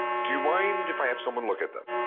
do you mind if i have someone look at them?